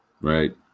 Right